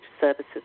services